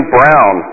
Brown